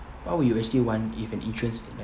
what would you actually want if an insurance like